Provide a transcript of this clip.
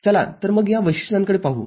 चला तर मग या वैशिष्ट्यांकडे पाहू